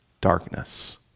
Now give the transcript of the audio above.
darkness